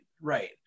Right